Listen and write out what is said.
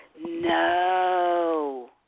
No